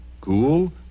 cool